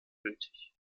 gültig